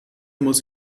muss